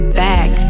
back